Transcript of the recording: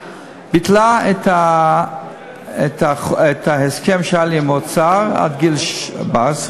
ביטלה את ההסכם שהיה לי עם האוצר עד גיל 14,